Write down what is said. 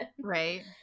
Right